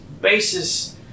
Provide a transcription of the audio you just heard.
basis